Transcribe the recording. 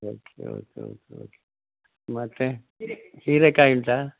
okay okay okay okay ಮತ್ತು ಹೀರೆಕಾಯಿ ಉಂಟಾ